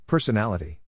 Personality